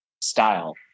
style